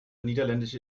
niederländische